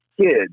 kids